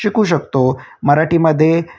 शिकू शकतो मराठीमध्ये